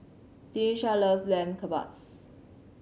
Denisha love Lamb Kebabs